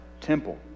temple